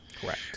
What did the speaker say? Correct